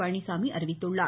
பழனிச்சாமி அறிவித்துள்ளார்